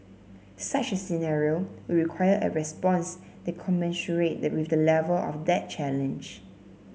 such a scenario would require a response that commensurate with the level of that challenge